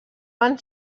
van